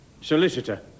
Solicitor